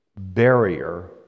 barrier